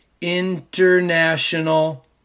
international